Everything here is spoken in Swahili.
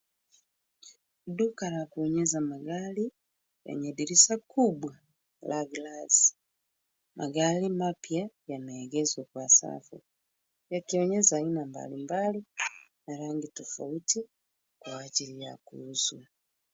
Duka la kuonyesha magari, lenye dirisha kubwa la glasi. Magari mapya yameegezwa kwa sasa, yakionyesha aina mbalimbali na rangi tofauti kwa ajili ya kuuzwa.